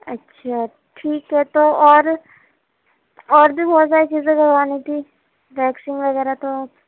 اچھا ٹھیک ہے تو اور اور بھی بہت ساری چیزیں کروانی تھی ویکسنگ وغیرہ تو